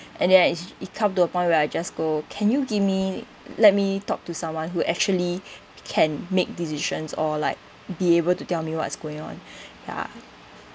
and then it's it come to a point where I just go can you give me let me talk to someone who actually can make decisions or like be able to tell me what's going on ya